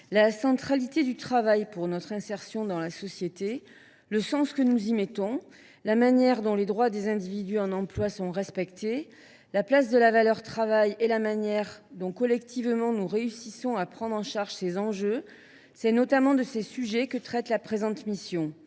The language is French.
la centralité du travail pour notre insertion dans la société, le sens que nous y mettons, la manière dont les droits des individus en emploi sont respectés, la place de la valeur travail et la manière dont nous réussissons collectivement à prendre en charge ces enjeux : c’est notamment de ces sujets que traite la mission